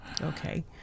okay